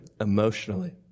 emotionally